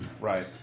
Right